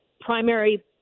primary